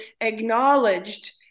acknowledged